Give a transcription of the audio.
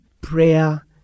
prayer